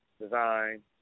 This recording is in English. design